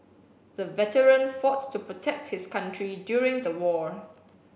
the veteran fought to protect his country during the war